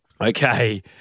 Okay